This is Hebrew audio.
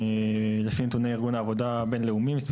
לפי נתוני ארגון העבודה הבין-לאומי מספר